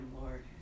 Lord